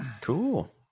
Cool